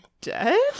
dead